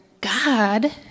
God